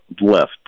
left